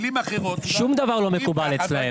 שום דבר לא מקובל אצלם.